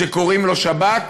שקוראים לו שבת,